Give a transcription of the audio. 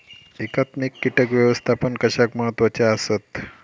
एकात्मिक कीटक व्यवस्थापन कशाक महत्वाचे आसत?